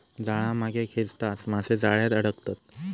जाळा मागे खेचताच मासे जाळ्यात अडकतत